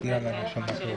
מי נמנע?